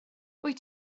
wyt